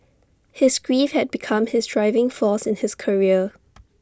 his grief had become his driving force in his career